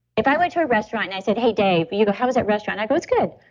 if i went to a restaurant and i said, hey dave. you go, how was that restaurant? i go, it's good.